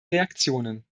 reaktionen